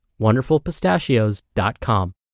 WonderfulPistachios.com